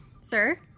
Sir